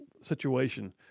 situation